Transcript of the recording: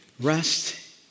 Rest